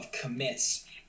commits